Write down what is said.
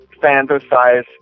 fantasize